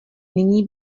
nyní